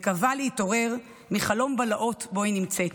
מקווה להתעורר מחלום הבלהות שבו היא נמצאת.